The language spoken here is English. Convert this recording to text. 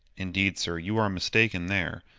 indeed, sir, you are mistaken there.